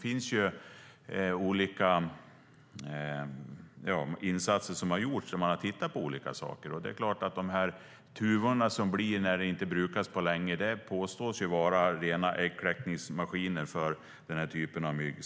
Man har gjort insatser och tittat på olika saker, och de tuvor som blir när det inte brukats på länge påstås vara rena äggkläckningsmaskiner för den här typen av mygg.